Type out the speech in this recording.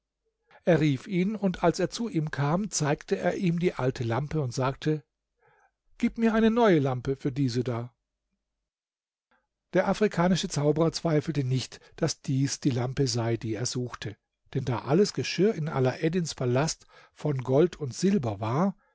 er rief ihn und als er zu ihm kam zeigte er ihm die alte lampe und sagte gib mir eine neue lampe für diese da der afrikanische zauberer zweifelte nicht daß dies die lampe sei die er suchte denn da alles geschirr in alaeddins palast von gold und silber war